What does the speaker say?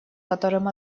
котором